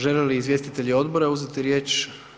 Žele li izvjestitelji odbora uzeti riječ?